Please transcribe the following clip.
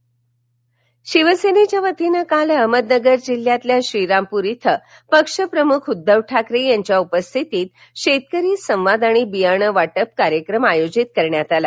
ठाकरे अहमदनगर शिवसेनेच्या वतीनं काल अहमदनगर जिल्ह्यातील श्रीरामपूर इथं पक्ष प्रमूख उद्धव ठाकरे यांच्या उपस्थितीत शेतकरी संवाद आणि बियाणे वाटप कार्यक्रम आयोजित करण्यात आला